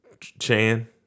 Chan